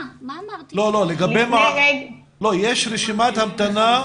לא, יש רשימת המתנה.